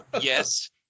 yes